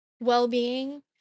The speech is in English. well-being